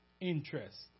interest